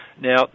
Now